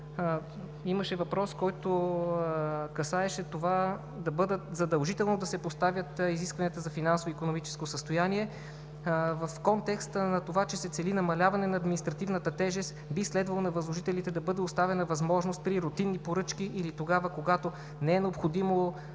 имаше въпрос, който касаеше това задължително да се поставят изискванията за финансово-икономическото състояние. В контекста на това, че се цели намаляване на административната тежест, би следвало на възложителите да бъде оставена възможност при рутинни поръчки или тогава, когато не е необходимо да натискат